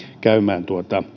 käymään